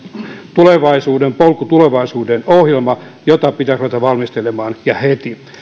tulevaisuuden polku tulevaisuuden ohjelma ja sitä pitäisi ruveta valmistelemaan ja heti